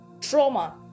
Trauma